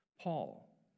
Paul